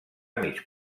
mig